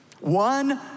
one